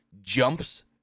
jumps